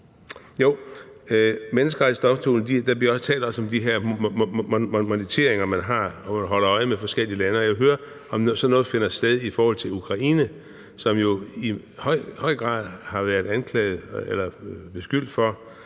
ved Menneskerettighedsdomstolen, hvor man holder øje med forskellige lande, og jeg vil høre, om sådan noget finder sted i forhold til Ukraine, som jo i høj grad har været anklaget eller beskyldt for